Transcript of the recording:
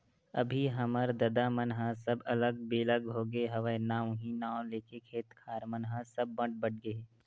अभी हमर ददा मन ह सब अलग बिलग होगे हवय ना उहीं नांव लेके खेत खार मन ह सब बट बट गे हे